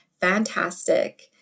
fantastic